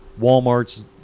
Walmarts